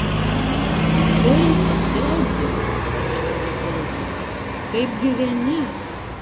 sveikas edi ištarė bilas kaip gyveni